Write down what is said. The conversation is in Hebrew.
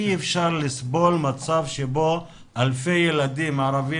אי אפשר לסבול מצב בו אלפי ילדים ערבים